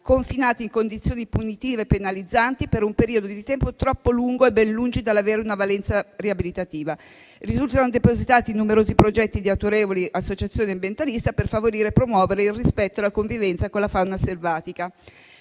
confinati in condizioni punitive e penalizzanti per un periodo di tempo troppo lungo e ben lungi dall'avere una valenza riabilitativa; risultano depositati numerosi progetti di autorevoli associazioni ambientaliste per favorire e promuovere il rispetto e la convivenza con la fauna selvatica